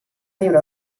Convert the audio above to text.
viure